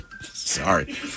Sorry